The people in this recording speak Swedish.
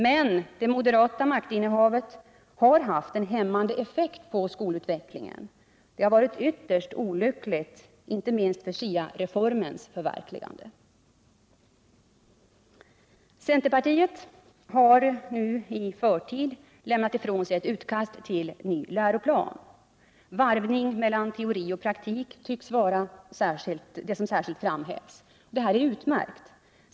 Men det moderata maktinnehavet har haft en hämmande effekt på skolutvecklingen. Detta har varit ytterst olyckligt, inte minst för SIA-reformens förverkligande. Centerpartiet har nu i förtid lämnat ifrån sig ett utkast till ny läroplan. Varvningen mellan teori och praktik tycks vara det som särskilt framhävs. Det är utmärkt!